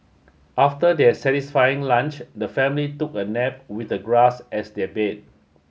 after their satisfying lunch the family took a nap with the grass as their bed